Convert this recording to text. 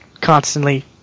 constantly